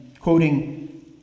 quoting